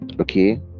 okay